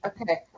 Okay